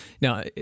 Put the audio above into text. Now